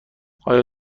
آیا